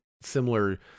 similar